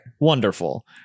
wonderful